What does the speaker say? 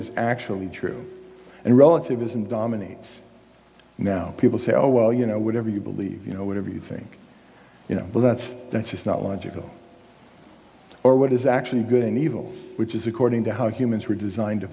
is actually true and relativism dominates now people say oh well you know whatever you believe whatever you think you know but that's just not logical or what is actually good and evil which is according to how humans were designed to